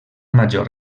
major